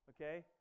okay